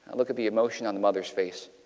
look at the emotion on the mother's face.